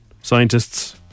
scientists